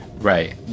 Right